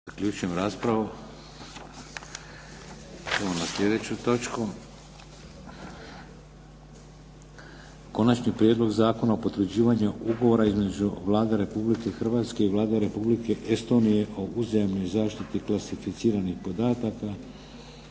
Vladimir (HDZ)** Idemo na sljedeću točku. - Prijedlog zakona o potvrđivanju Ugovora između Vlade Republike Hrvatske i Vlade republike Estonije o uzajamnoj zaštiti klasificiranih podataka,